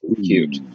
cute